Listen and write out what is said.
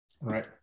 Right